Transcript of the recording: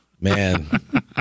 Man